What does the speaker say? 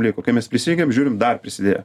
liko kai mes prisijungiam žiūrint dar prisidėjo